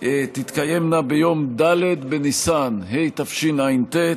תתקיימנה ביום ד' בניסן התשע"ט,